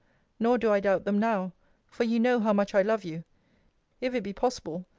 nor do i doubt them now for you know how much i love you if it be possible,